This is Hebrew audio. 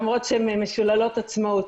למרות שהן משוללות עצמאות.